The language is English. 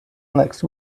next